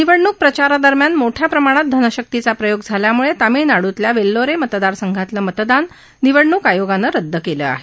निवडणूक प्रचारादरम्यान मोठ्या प्रमाणात धनशक्तीचा प्रयोग झाल्यामुळे तामिळनाडूतल्या वेल्लोरे मतदारसंघातलं मतदान निवडणूक आयोगानं रद्द केलं आहे